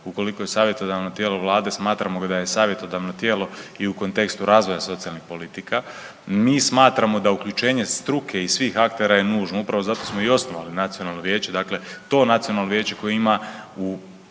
Ukoliko je savjetodavno tijelo vlade smatramo ga da je savjetodavno tijelo i u kontekstu razvoja socijalnih politika mi smatramo da uključenje struke i svih aktera je nužno. Upravo zato smo i osnovali nacionalno vijeće, dakle to nacionalno vijeće koje ima u,